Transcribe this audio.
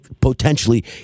potentially